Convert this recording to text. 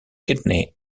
kidney